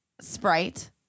Sprite